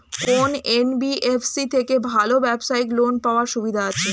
কোন এন.বি.এফ.সি থেকে ভালো ব্যবসায়িক লোন পাওয়ার সুবিধা আছে?